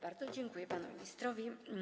Bardzo dziękuję panu ministrowi.